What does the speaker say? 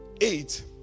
eight